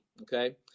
Okay